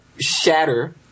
shatter